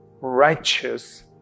righteous